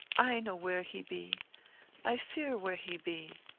i know where he be i fear where he be.